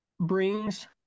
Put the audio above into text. brings